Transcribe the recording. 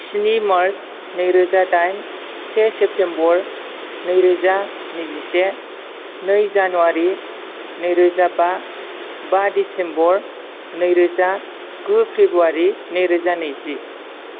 स्नि मार्च नै रोजा दाइन से सेप्टेमबर नै रोजा नैजिसे नै जानुवारी नै रोजा बा बा दिसेम्बर नै रोजा गु फेब्रुवारि नै रोजा नैजि